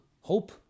hope